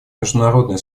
международное